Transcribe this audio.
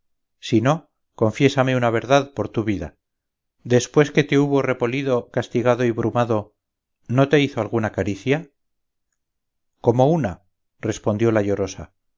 no confiésame una verdad por tu vida después que te hubo repolido castigado y brumado no te hizo alguna caricia cómo una respondió la llorosa